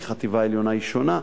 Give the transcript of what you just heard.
כי החטיבה העליונה היא שונה,